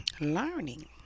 learning